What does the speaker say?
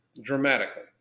dramatically